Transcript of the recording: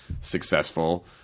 successful